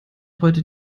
heute